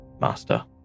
Master